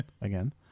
again